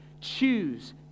Choose